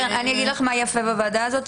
אני אגיד לך מה יפה בוועדה הזאת,